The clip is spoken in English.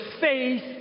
faith